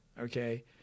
okay